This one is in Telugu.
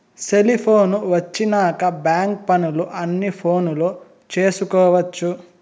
సెలిపోను వచ్చినాక బ్యాంక్ పనులు అన్ని ఫోనులో చేసుకొవచ్చు